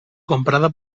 comprada